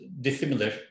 dissimilar